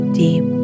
deep